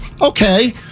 Okay